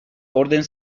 orden